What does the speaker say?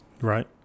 Right